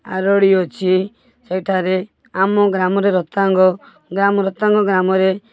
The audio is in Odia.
ଆରଡ଼ି ଅଛି ସେଠାରେ ଆମ ଗ୍ରାମରେ ରତାଙ୍ଗ ଗ୍ରାମ ରତାଙ୍ଗ ଗ୍ରାମରେ